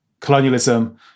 colonialism